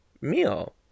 meal